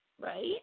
Right